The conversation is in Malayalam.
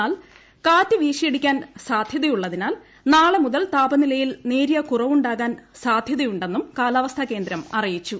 എന്നാൽ കാറ്റ് വീശിയടിക്കാൻ സാധ്യതയുളളതിനാൽ ന്യാളെ മുതൽ താപനിലയിൽ നേരിയ കുറവുണ്ടാകാൻ സാധൃത്യുണ്ടെന്നും കാലാവസ്ഥാകേന്ദ്രം അറിയിച്ചു